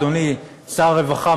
אדוני שר הרווחה,